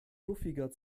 fluffiger